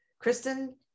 Kristen